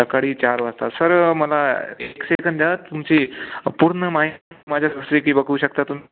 सकाळी चार वाजता सर मला एक सेकंड द्या तुमची पूर्ण माहिती माझ्या की बघू शकता तुम्ही